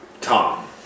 Tom